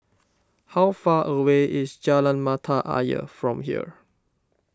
how far away is Jalan Mata Ayer from here